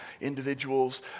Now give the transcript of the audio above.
individuals